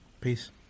Peace